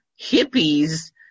hippies